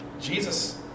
Jesus